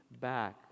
back